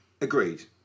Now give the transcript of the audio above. Agreed